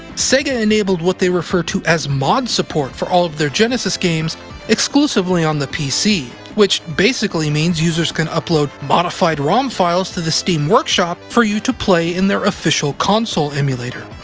sega enabled what they refer to as mod support for all of their genesis games exclusively on the pc, which basically means users can upload modified rom files to the steam workshop for you to play in their official console emulator.